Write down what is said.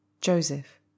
Joseph